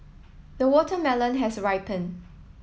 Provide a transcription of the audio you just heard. the watermelon has ripened